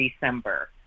December